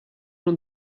non